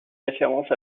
référence